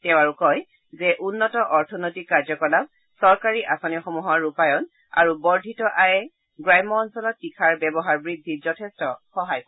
তেওঁ আৰু কয় যে উন্নত অৰ্থনৈতিক কাৰ্যকলাপ চৰকাৰী আঁচনিসমূহৰ ৰূপাযণ আৰু বৰ্ধিত আয়ে গ্ৰাম্য অঞ্চলত তীখাৰ ব্যৱহাৰ বৃদ্ধিত যথেষ্ট সহায় কৰিব